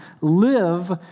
live